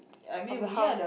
of the house